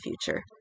future